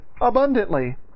abundantly